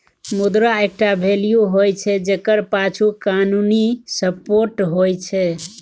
मुद्रा एकटा वैल्यू होइ छै जकर पाछु कानुनी सपोर्ट होइ छै